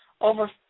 over